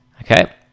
Okay